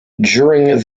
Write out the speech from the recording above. during